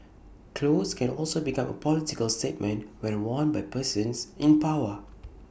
clothes can also become A political statement when worn by persons in power